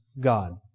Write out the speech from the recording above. God